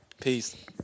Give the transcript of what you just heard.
Peace